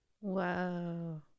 Wow